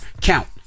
count